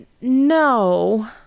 no